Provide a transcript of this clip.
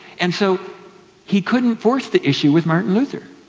and so he couldn't force the issue with martin luther.